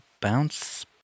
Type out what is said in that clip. bounce